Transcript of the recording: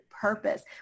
purpose